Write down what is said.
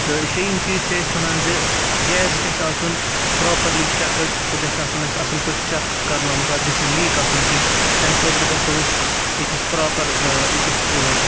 تہٕ شیٚیِم چیٖز چھِ أسۍ وَنان زِ گیس گژھِ آسُن پرٛاپرلی چَکٕڈ سُہ گژھِ آسُن اَسہِ اَصٕل پٲٹھۍ چَک کَرنامُت تَتھ گَژھِ نہٕ لیٖک آسُن کِہیٖنۍ تَمہِ خٲطرٕ گژھو أسۍ أکِس پرٛاپَر أکِس